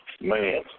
man